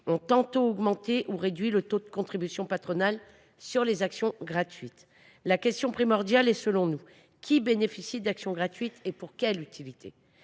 ont tantôt augmenté, tantôt réduit le taux de contribution patronale sur les actions gratuites. La question primordiale est, selon nous, de savoir qui bénéficie d’actions gratuites et pour quelle utilité.